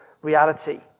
reality